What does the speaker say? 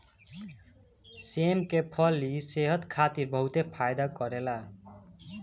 सेम के फली सेहत खातिर बहुते फायदा करेला